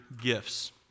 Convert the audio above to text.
gifts